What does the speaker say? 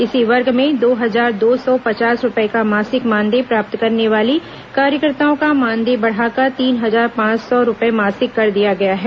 इसी वर्ग में दो हजार दो सौ पचास रुपए का मासिक मानदेय प्राप्त करने वाली कार्यकर्ताओं का मानदेय बढ़ाकर तीन हजार पांच सौ रुपए मासिक कर दिया गया है